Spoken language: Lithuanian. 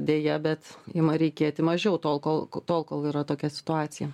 deja bet ima reikėti mažiau tol kol tol kol yra tokia situacija